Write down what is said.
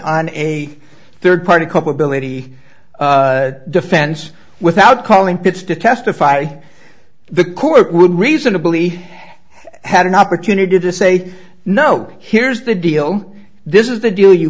on a third party couple ability defense without calling pitts to testify the court would reasonably had an opportunity to say no here's the deal this is the deal you